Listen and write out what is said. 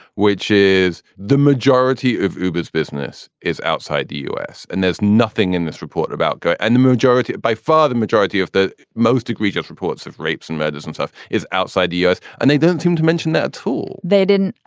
which is the majority of uber's business is outside the us and there's nothing in this report about it. and the majority by far the majority of the most egregious reports of rapes and murders and stuff is outside the us. and they don't seem to mention that tool they didn't.